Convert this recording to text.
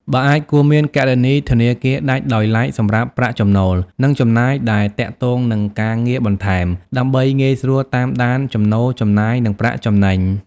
បើអាច គួរមានគណនីធនាគារដាច់ដោយឡែកសម្រាប់ប្រាក់ចំណូល និងចំណាយដែលទាក់ទងនឹងការងារបន្ថែម ដើម្បីងាយស្រួលតាមដានចំណូល ចំណាយ និងប្រាក់ចំណេញ។